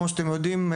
כמו שאתם יודעים,